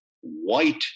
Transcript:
white